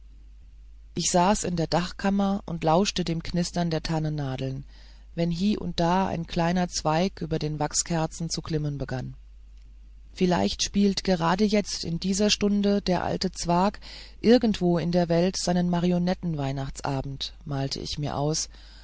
ich saß in der dachkammer und lauschte dem knistern der tannennadeln wenn hie und da ein kleiner zweig über den wachskerzen zu glimmen begann vielleicht spielt gerade jetzt in dieser stunde der alte zwakh irgendwo in der welt seinen marionettenweihnachtsabend malte ich mir aus